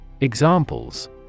examples